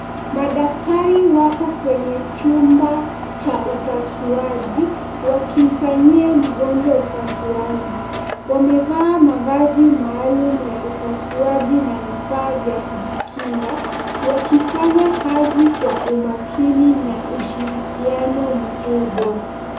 Madaktari wako kwenye chumba cha upasuaji, wakimfanyia mgonjwa upasuaji. Wamevaa mavazi maalum ya upasuaji na vifaa vya kujikinga, wakifanya kazi kwa umakini na ushirikiano mkubwa.